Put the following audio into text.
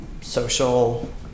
social